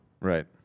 Right